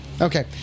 Okay